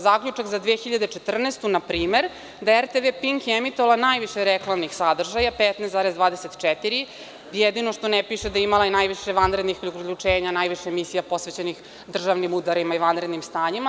Zaključak za 2014. godinu na primer, da RTV Pink je emitovao najviše reklamnih sadržaja, 15,24, jedino što ne piše da je imali i najviše vanrednih uključenja, najviše emisija posvećenih državnim udarima i vanrednim stanjima.